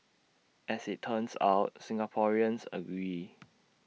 as IT turns out Singaporeans agree